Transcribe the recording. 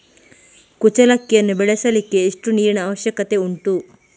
ಕುಚ್ಚಲಕ್ಕಿಯನ್ನು ಬೆಳೆಸಲಿಕ್ಕೆ ಎಷ್ಟು ನೀರಿನ ಅವಶ್ಯಕತೆ ಉಂಟು?